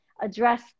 address